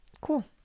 cool